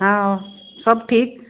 हा सभु ठीकु